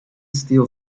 steel